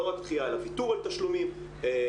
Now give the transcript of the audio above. לא רק דחייה אלא ויתור על תשלומים למים,